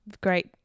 great